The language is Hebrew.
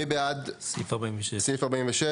מי בעד סעיף 46?